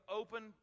open